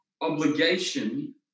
obligation